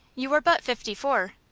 you are but fifty-four.